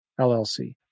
LLC